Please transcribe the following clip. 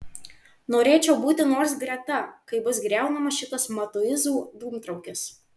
norėčiau būti nors greta kai bus griaunamas šitas matuizų dūmtraukis